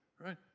right